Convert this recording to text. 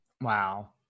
Wow